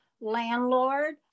landlord